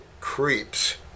creeps